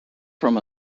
from